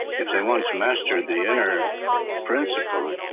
if they once mastered the inner principle,